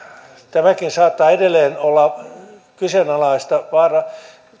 tämäkin saattaa edelleen olla kyseenalaista